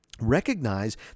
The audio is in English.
recognize